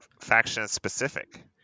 faction-specific